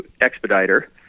expediter